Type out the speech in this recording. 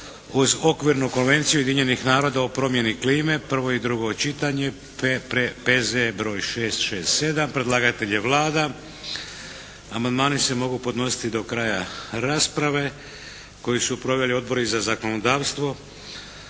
uz Okvirnu konvenciju Ujedinjenih naroda o promjeni klime, hitni postupak, prvo i drugo čitanje, P.Z.E. br. 667 Predlagatelj je Vlada. Amandmani se mogu podnositi do kraja rasprave koju su proveli odbori za zakonodavstvo,